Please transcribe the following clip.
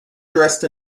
dressed